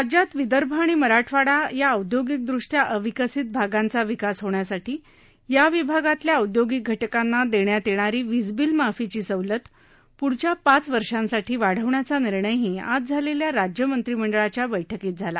राज्यात विदर्भ आणि मराठवाडा या औदयोगिकृष्ट्या अविकसित भागांचा विकास होण्यासाठी या विभागातील औद्योगिक घटकांना देण्यात येणारी विज बिल माफीची सवलत प्ढच्या पाच वर्षांसाठी वाढवण्याचा निर्णयही आज झालेल्या राज्य मंत्रिमंडळाच्या बैठकीत झाला